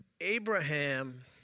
Abraham